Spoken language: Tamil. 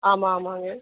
ஆமா ஆமாங்க